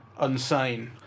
Unsane